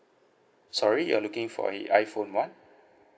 sorry you're looking for the iPhone one